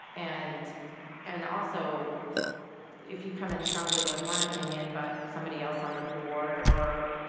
and and also if you come in strongly with one opinion, but somebody else on the board or